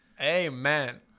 Amen